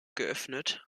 geöffnet